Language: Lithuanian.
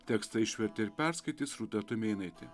tekstą išvertė ir perskaitys rūta tumėnaitė